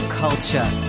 culture